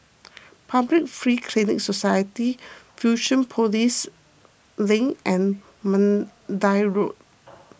Public Free Clinic Society Fusionopolis Link and Mandai Road